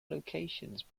locations